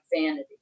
vanity